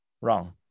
Wrong